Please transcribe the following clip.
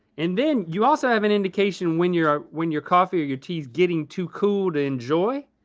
and then you also have an indication when your when your coffee or your tea is getting too cool to enjoy.